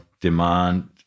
demand